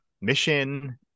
mission